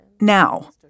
Now